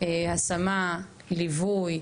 השמה וליווי.